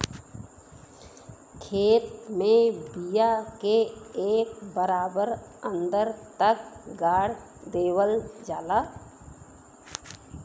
खेत में बिया के एक बराबर अन्दर तक गाड़ देवल जाला